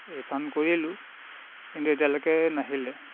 refund কৰিলোঁ কিন্তু এতিয়ালৈকে নাহিলে